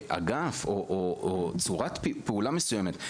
אגף, או צורת פעולה מסוימת,